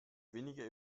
weniger